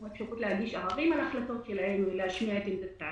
עם אפשרות להגיש עררים על החלטות ולהשמיע את עמדתם.